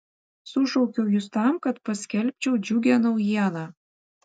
sušaukiau jus tam kad paskelbčiau džiugią naujieną